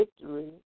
victory